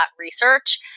research